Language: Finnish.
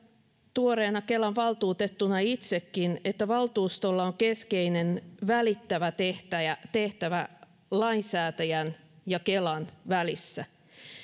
tuoreena kelan valtuutettuna itsekin että valtuustolla on keskeinen välittävä tehtävä lainsäätäjän ja kelan välissä